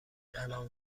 الآن